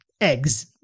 eggs